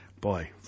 boy